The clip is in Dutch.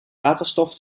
waterstof